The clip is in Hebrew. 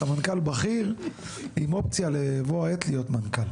סמנכ"ל בכיר עם אופציה בבוא העת להיות מנכ"ל.